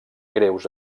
greus